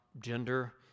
gender